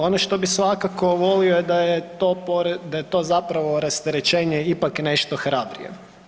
Ono što bih svakako volio da je to zapravo rasterećenje ipak nešto hrabrije.